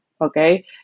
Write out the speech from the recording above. Okay